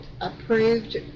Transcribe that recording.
approved